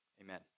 Amen